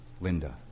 Linda